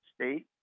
State